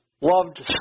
loved